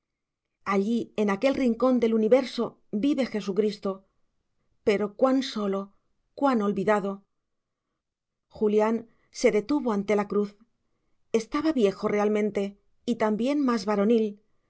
allí en aquel rincón del universo vive jesucristo pero cuán solo cuán olvidado julián se detuvo ante la cruz estaba viejo realmente y también más varonil